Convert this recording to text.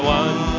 one